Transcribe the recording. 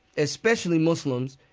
especially muslims,